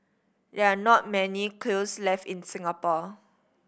there are not many kilns left in Singapore